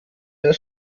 der